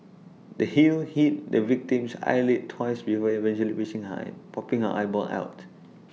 the heel hit the victim's eyelid twice before eventually piercing high popping A eyeball out